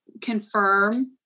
confirm